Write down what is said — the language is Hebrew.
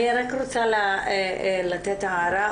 אני רק רוצה לתת הערה.